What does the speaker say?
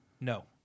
No